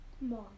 Mom